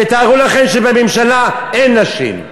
תתארו לכם שבממשלה אין נשים,